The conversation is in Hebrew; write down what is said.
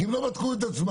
כי הם לא בדקו את עצמם.